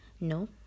no